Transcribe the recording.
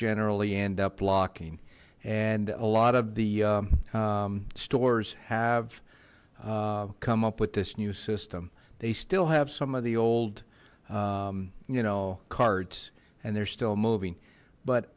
generally end up locking and a lot of the stores have come up with this new system they still have some of the old you know carts and they're still moving but